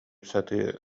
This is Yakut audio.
сатыы